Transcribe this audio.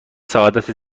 سعادت